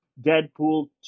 Deadpool